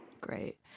Great